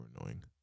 annoying